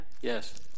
yes